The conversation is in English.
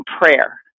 prayer